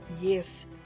Yes